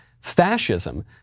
Fascism